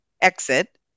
Exit